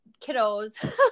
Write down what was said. kiddos